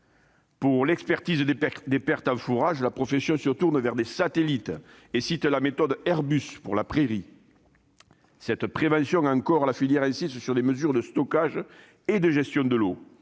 Pour l'expertise des pertes en fourrage, la profession se tourne vers les satellites et cite la méthode Airbus pour la prairie. En matière de prévention encore, la filière insiste sur les mesures de stockage et de gestion de l'eau.